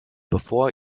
bevor